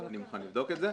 אבל אני מוכן לבדוק את זה.